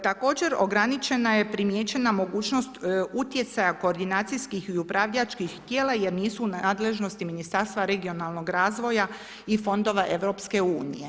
Također, ograničena je primijećena mogućnost utjecaja koordinacijskih i upravljačkih tijela jer nisu u nadležnosti Ministarstva regionalnog razvoja i fondova EU.